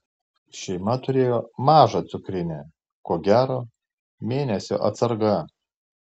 šeima turėjo mažą cukrinę ko gero mėnesio atsarga